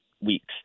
weeks